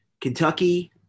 Kentucky